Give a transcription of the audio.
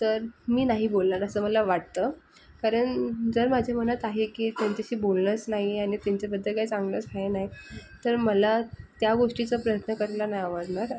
तर मी नाही बोलणार असं मला वाटतं कारण जर माझ्या मनात आहे की त्यांच्याशी बोलणारच नाही आणि त्यांच्याबद्दल काही चांगलंच हे नाही तर मला त्या गोष्टीचा प्रयत्न करायला नाही आवडणार